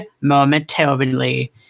momentarily